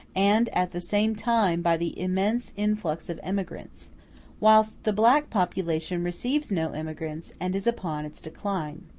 and at the same time by the immense influx of emigrants whilst the black population receives no emigrants, and is upon its decline.